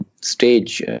stage